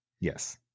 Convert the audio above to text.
Yes